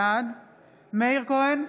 בעד מאיר כהן,